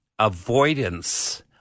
avoidance